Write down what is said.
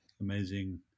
amazing